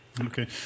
Okay